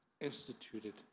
instituted